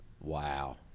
Wow